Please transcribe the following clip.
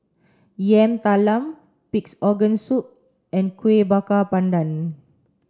Yam Talam pig's organ soup and Kueh Bakar Pandan